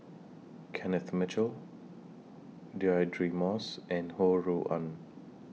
Kenneth Mitchell Deirdre Moss and Ho Rui An